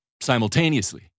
Simultaneously